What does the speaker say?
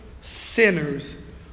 sinners